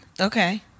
Okay